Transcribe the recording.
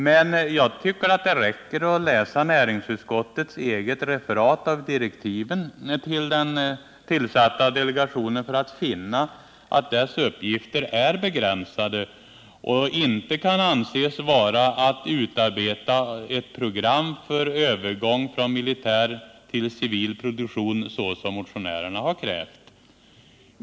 Men jag tycker det räcker med att läsa näringsutskottets eget referat av direktiven till den tillsatta delegationen för att man skall finna att dess uppgifter är begränsade och att de inte kan anses innefatta utarbetande av ett program för övergång från militär till civil produktion, såsom motionärerna har krävt.